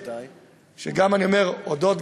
הודות,